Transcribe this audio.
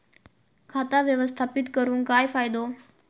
खाता व्यवस्थापित करून काय फायदो?